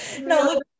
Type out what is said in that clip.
No